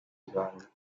ibanga